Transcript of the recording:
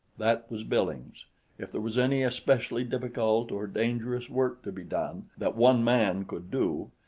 that was billings if there was any especially difficult or dangerous work to be done, that one man could do,